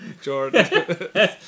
Jordan